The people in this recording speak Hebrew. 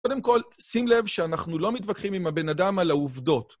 קודם כל, שים לב שאנחנו לא מתווכחים עם הבן אדם על העובדות.